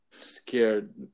scared